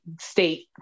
state